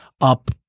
up –